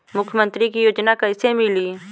मुख्यमंत्री के योजना कइसे मिली?